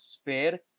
sphere